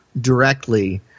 directly